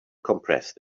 compressed